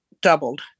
doubled